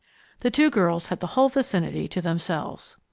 the two girls had the whole vicinity to themselves.